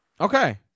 Okay